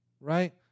right